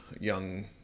young